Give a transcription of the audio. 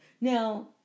Now